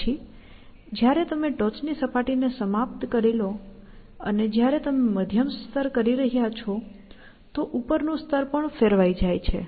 પછી જ્યારે તમે ટોચની સપાટીને સમાપ્ત કરી લો અને જ્યારે તમે મધ્યમ સ્તર કરી રહ્યા છો તો ઉપર નું સ્તર પણ ફેરવાઈ જાય છે